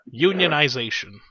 Unionization